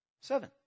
seven